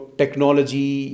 technology